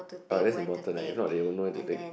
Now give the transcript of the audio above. but that's important eh if not they won't know where to take